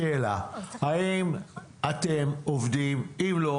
השאלה היא האם אתם עובדים עם משרד הרווחה או לא.